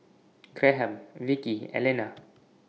Graham Vickey Elena